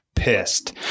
pissed